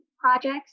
projects